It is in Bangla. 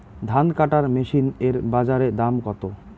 ধান কাটার মেশিন এর বাজারে দাম কতো?